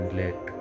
let